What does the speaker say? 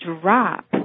drop